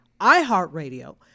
iHeartRadio